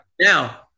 Now